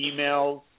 Emails